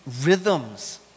rhythms